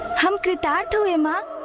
how could i um ah